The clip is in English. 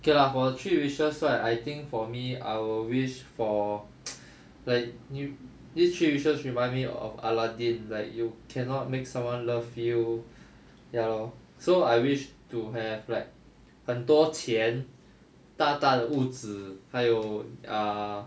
okay lah for the three wishes right I think for me I will wish for like these three wishes remind me of aladdin like you cannot make someone love you ya lor so I wish to have like 很多钱大大的屋子还有 err